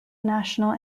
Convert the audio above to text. national